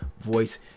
voice